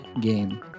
game